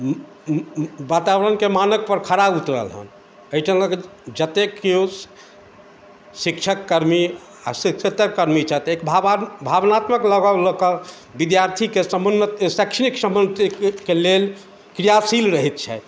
वातावरणके मानकपर खरा उतरल अइ एहिठामके जतेक किओ शिक्षक कर्मी आओर शिक्षेत्तर कर्मी छथि एक भावा भावनात्मक लगाव लऽ कऽ विद्यार्थीके समोन्नत शैक्षणिक समोन्नतिके लेल क्रियाशील रहै छथि